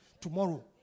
tomorrow